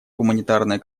гуманитарная